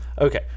Okay